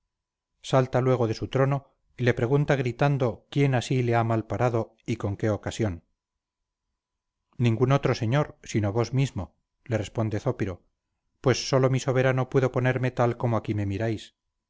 salta luego de su trono y le pregunta gritando quién así le ha malparado y con qué ocasión ningún otro señor sino vos mismo le responde zópiro pues sólo mi soberano pudo ponerme tal como aquí me miráis